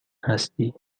هستی